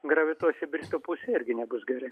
gravitavuosi britų pusėj irgi nebus gerai